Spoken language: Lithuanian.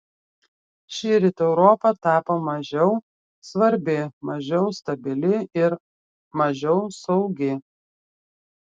šįryt europa tapo mažiau svarbi mažiau stabili ir mažiau saugi